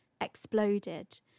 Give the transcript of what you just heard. exploded